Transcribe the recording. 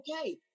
okay